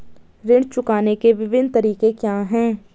ऋण चुकाने के विभिन्न तरीके क्या हैं?